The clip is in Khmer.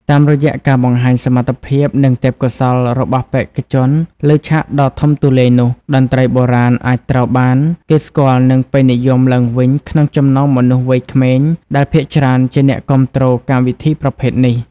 តាមរយៈការបង្ហាញសមត្ថភាពនិងទេពកោសល្យរបស់បេក្ខជនលើឆាកដ៏ធំទូលាយនោះ តន្ត្រីបុរាណអាចត្រូវបានគេស្គាល់និងពេញនិយមឡើងវិញក្នុងចំណោមមនុស្សវ័យក្មេងដែលភាគច្រើនជាអ្នកគាំទ្រកម្មវិធីប្រភេទនេះ។